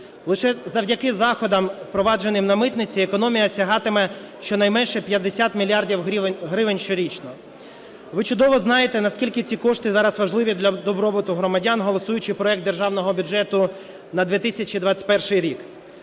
Лише завдяки заходам впровадженим на митниці економія сягатиме щонайменше 50 мільярдів гривень щорічно. Ви чудово знаєте, наскільки ці кошти зараз важливі для добробуту громадян, голосуючи проект Державного бюджету на 2021 рік.